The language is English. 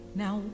now